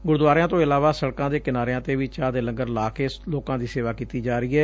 ਗੁਰਦੁਆਰਿਆਂ ਤੋਂ ਇਲਾਵਾ ਸੜਕਾਂ ਦੇ ਕਿਨਾਰਿਆ ਤੇ ਵੀ ਚਾਹ ਦੇ ਲੰਗਰ ਲਾਕੇ ਲੱਕਾਂ ਦੀ ਸੇਵਾ ਕੀਤੀ ਜਾ ਰਹੀ ਐ